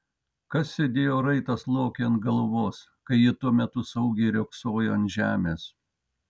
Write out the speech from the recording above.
kas sėdėjo raitas lokiui ant galvos kai ji tuo metu saugiai riogsojo ant žemės